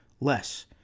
less